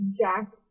Jack